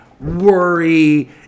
worry